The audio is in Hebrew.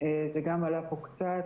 וזה גם עלה פה קצת.